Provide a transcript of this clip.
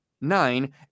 nine